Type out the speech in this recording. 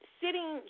sitting